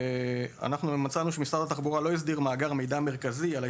אנחנו מצאנו שמשרד התחבורה לא הסדיר מאגר מידע מרכזי לגבי